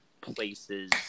places